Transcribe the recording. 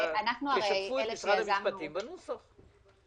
תשתפו את משרד המשפטים בנוסח.